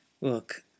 Look